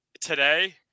today